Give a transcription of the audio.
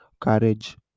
courage